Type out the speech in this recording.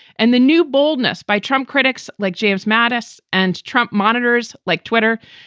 and the new boldness by trump critics like james mattis and trump monitors like twitter,